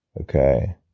Okay